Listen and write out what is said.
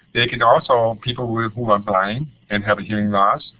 they can also people who are blind and have a hearing loss,